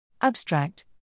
Abstract